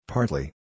Partly